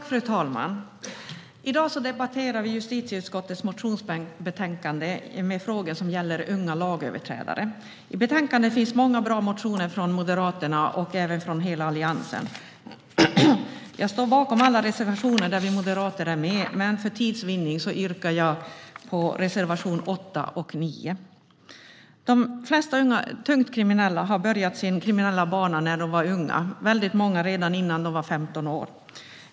Fru talman! I dag debatterar vi justitieutskottets motionsbetänkande om frågor som gäller unga lagöverträdare. I betänkandet finns många bra motioner från Moderaterna och från hela Alliansen. Jag står bakom alla reservationer där vi moderater är med, men för tids vinnande yrkar jag bifall bara till reservationerna 8 och 9. De flesta tungt kriminella har börjat sin kriminella bana när de var unga - väldigt många redan innan de var 15 år.